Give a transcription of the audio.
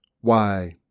Why